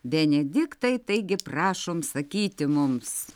benediktai taigi prašom sakyti mums